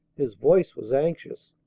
his voice was anxious.